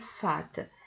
fat